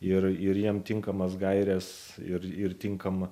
ir ir jiem tinkamas gaires ir ir tinkama